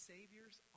Savior's